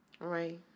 Right